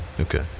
Okay